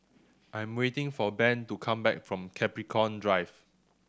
I am waiting for Ben to come back from Capricorn Drive